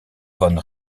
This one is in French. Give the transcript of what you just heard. von